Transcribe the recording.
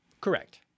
Correct